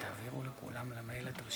אדוני היושב-ראש, לילה טוב.